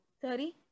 Sorry